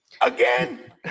Again